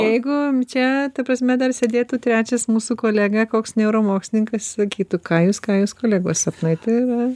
jeigu čia ta prasme dar sėdėtų trečias mūsų kolega koks neuromokslininkas sakytų ką jūs ką jūs kolegos sapnai tai yra